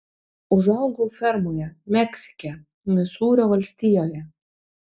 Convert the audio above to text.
užaugau fermoje meksike misūrio valstijoje